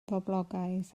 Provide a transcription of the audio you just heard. boblogaidd